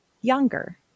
younger